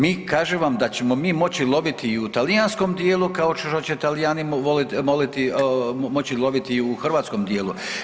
Mi, kažem vam da ćemo mi moći loviti i u talijanskom dijelu, kao što će Talijani moći loviti i u hrvatskom dijelu.